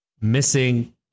Missing